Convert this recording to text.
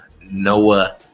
noah